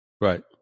Right